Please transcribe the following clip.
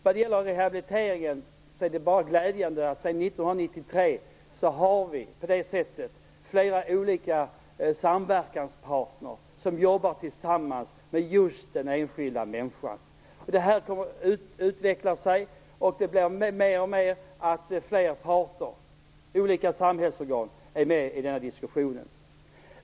Vad gäller rehabiliteringen tycker jag att det enbart är glädjande att vi sedan 1993 har flera olika samverkanspartner som jobbar tillsammans med just den enskilda människan. Detta kommer att utvecklas. Det blir alltfler parter. Olika samhällsorgan är med i diskussionen.